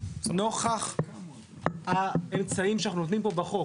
נוכח האמצעים שאנחנו נותנים פה בחוק.